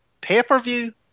pay-per-view